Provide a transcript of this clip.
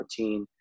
2014